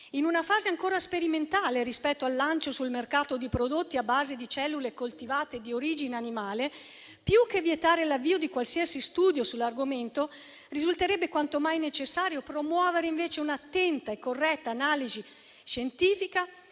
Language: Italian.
In una fase ancora sperimentale rispetto al lancio sul mercato di prodotti a base di cellule coltivate di origine animale, più che vietare l'avvio di qualsiasi studio sull'argomento risulterebbe quanto mai necessario promuovere invece un'attenta e corretta analisi scientifica